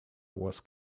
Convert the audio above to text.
wars